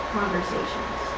conversations